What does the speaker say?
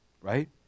Right